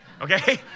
Okay